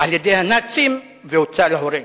על-ידי הנאצים והוצא להורג.